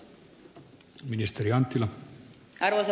arvoisa puhemies